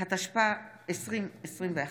התשפ"א 2021,